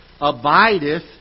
abideth